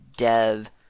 Dev